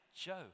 Joe